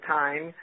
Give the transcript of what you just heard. time